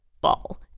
ball